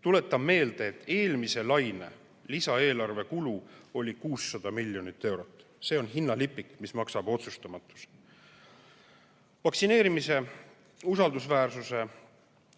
Tuletan meelde, et eelmise laine lisaeelarve kulu oli 600 miljonit eurot. See on hinnalipik, mida maksab otsustamatus. Vaktsineerimise usaldusväärsuse